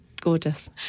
gorgeous